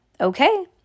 Okay